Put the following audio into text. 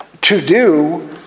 to-do